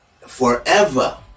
forever